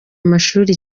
amashuri